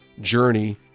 journey